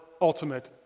ultimate